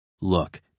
Look